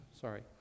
Sorry